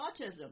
autism